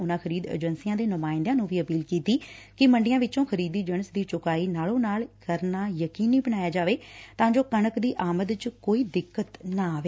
ਉਨਾਂ ਖਰੀਦ ਏਜੰਸੀਆਂ ਦੇ ਨੁਮਾਇਂਦਿਆਂ ਨੂੰ ਵੀ ਅਪੀਲ ਕੀਤੀ ਕਿ ਮੰਡੀਆਂ ਵਿਚੋਂ ਖਰੀਦੀ ਜਿਣਸ ਦੀ ਚੁਕਾਈ ਨਾਲੋਂ ਨਾਲ ਕਰਨਾ ਯਕੀਨੀ ਬਣਾਈ ਜਾਵੇ ਤਾਂ ਜੋ ਕਣਕ ਦੀ ਆਮਦ ਚ ਕੋਈ ਦਿਕਤ ਨਾ ਆਵੇ